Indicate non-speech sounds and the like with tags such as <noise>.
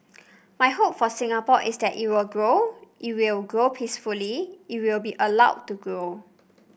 <noise> my hope for Singapore is that it will grow it will grow peacefully it will be allowed to grow